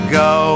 go